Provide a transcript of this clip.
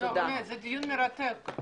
זה דיון מרתק.